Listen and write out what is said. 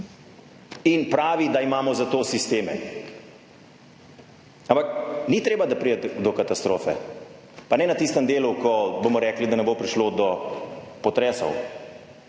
in pravi, da imamo za to sisteme, ampak ni treba, da pride do katastrofe, pa ne na tistem delu, ko bomo rekli, da ne bo prišlo do potresov,